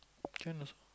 can also